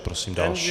Prosím další.